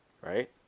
Right